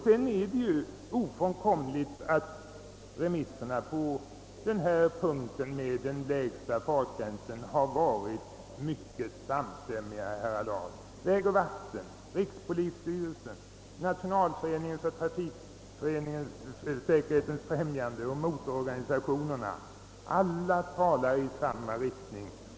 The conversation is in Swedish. Det är ofrånkomligt att remissinstanserna beträffande den lägsta fartgränsen har varit mycket samstämmiga. Vägoch vattenbyggnadsstyrelsen, rikspolisstyrelsen, Nationalföreningen för trafiksäkerhetens främjande och motororganisationerna talar alla i samma riktning.